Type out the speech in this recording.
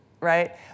right